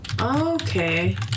Okay